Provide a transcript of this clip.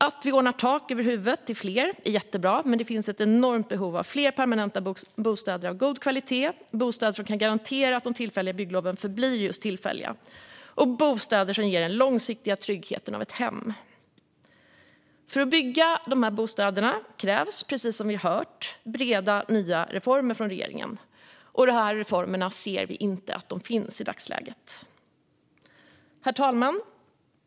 Att vi ordnar tak över huvudet till fler är jättebra, men det finns ett enormt behov av fler permanenta bostäder av god kvalitet - bostäder som kan garantera att de tillfälliga byggloven förblir just tillfälliga och som ger den långsiktiga tryggheten av ett hem. För att man ska kunna bygga dessa bostäder krävs det, precis som vi har hört, breda nya reformer från regeringen. I dagsläget ser vi inte att de reformerna finns. Herr talman!